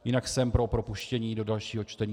Jinak jsem pro propuštění do dalšího čtení.